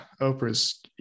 oprah's